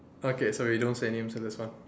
okay so we don't say any names for this one